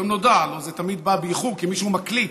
היום נודע: זה תמיד בא באיחור כי מישהו מקליט,